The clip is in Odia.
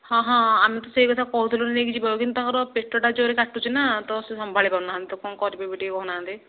ହଁ ହଁ ଆମେ ତ ସେହି କଥା କହୁଥିଲୁ ନେଇକି ଯିବାକୁ କିନ୍ତୁ ତାଙ୍କର ପେଟଟା ଜୋରରେ କାଟୁଛି ନା ତ ସେ ସମ୍ଭାଳି ପାରୁନାହାଁନ୍ତି ତ କ'ଣ କରିବେ ଏବେ ଟିକେ କହୁନାହାଁନ୍ତି